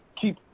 keep